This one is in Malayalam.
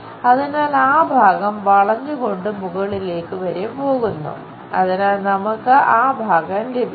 അതിനാൽ ആ ഭാഗം വളഞ്ഞുകൊണ്ട് മുകളിലേക്ക് വരെപോകുന്നു അതിനാൽ നമുക്ക് ആ ഭാഗം ലഭിച്ചു